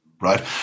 right